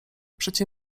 przecie